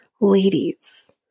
Ladies